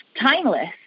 timeless